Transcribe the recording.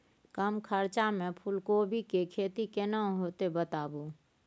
कम खर्चा में फूलकोबी के खेती केना होते बताबू?